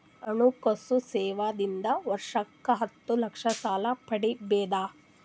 ಹಣಕಾಸು ಸೇವಾ ದಿಂದ ವರ್ಷಕ್ಕ ಹತ್ತ ಲಕ್ಷ ಸಾಲ ಪಡಿಬೋದ?